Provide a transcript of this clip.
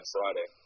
Friday